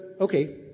okay